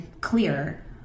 clear